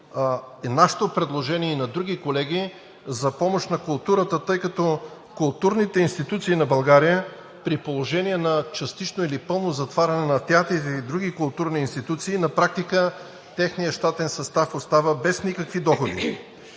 нашето предложение, и на други колеги, за помощ на културата, тъй като културните институции на България, при положение на частично или пълно затваряне на театри или други културни институции, на практика техният щатен състав остава без никакви доходи.